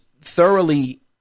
thoroughly